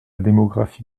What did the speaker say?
démographie